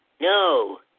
No